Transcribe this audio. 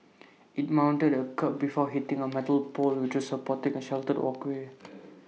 IT mounted A kerb before hitting A metal pole which supporting A sheltered walkway